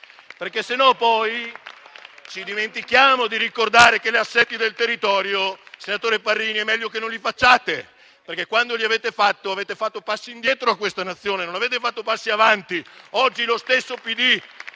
Altrimenti dimentichiamo di ricordare che gli assetti del territorio, senatore Parrini, è meglio che non li facciate, perché, quando li avete fatti, avete fatto fare passi indietro a questa Nazione, non passi in avanti. Oggi lo stesso